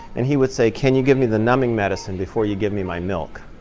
and he would say, can you give me the numbing medicine before you give me my milk?